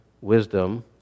wisdom